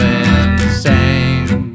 insane